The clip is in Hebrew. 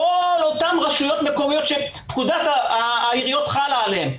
כל אותן רשויות מקומיות שפקודת העיריות חלה עליהן,